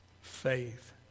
faith